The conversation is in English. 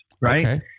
right